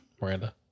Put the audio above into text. Miranda